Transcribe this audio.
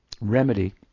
remedy